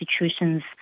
institutions